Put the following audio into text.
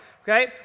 Okay